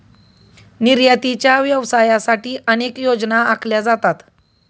निर्यातीच्या व्यवसायासाठी अनेक योजना आखल्या जातात